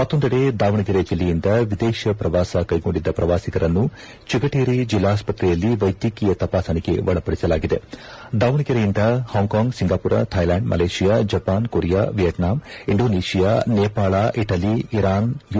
ಮತ್ತೊಂದೆಡೆ ದಾವಣಗೆರೆ ಜಿಲ್ಲೆಯಿಂದ ವಿದೇಶ ಪ್ರವಾಸ ಕೈಗೊಂಡಿದ್ದ ಪ್ರವಾಸಿಗರನ್ನು ಚಿಗಟೇರಿ ಜಿಲ್ಲಾಸ್ತತ್ರೆಯಲ್ಲಿ ವೈದ್ಯಕೀಯ ತಪಾಸಣೆಗೆ ಒಳಪಡಿಸಲಾಗಿದೆ ದಾವಣಗೆರೆಯಿಂದ Hong Kong Singapore Thailand Malaysia Japan Korea Vietnam Indonesia Nepal Italy Iran you